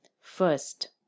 First